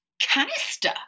canister